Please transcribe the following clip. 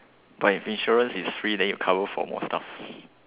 but if insurance is free then it cover for more stuff